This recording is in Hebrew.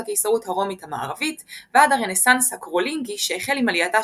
הקיסרות הרומית המערבית ועד הרנסאנס הקרולינגי שהחל עם עלייתה